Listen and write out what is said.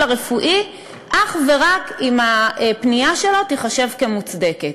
הרפואי אך ורק אם הפנייה שלו תיחשב מוצדקת.